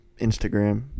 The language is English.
instagram